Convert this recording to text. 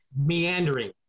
Meandering